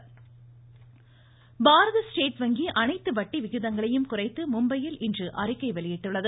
பாரத state வங்கி Bharat state வங்கி அனைத்து வட்டி விகிதங்களையும் குறைத்து மும்பையில் இன்று அறிக்கை வெளியிட்டுள்ளது